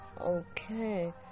okay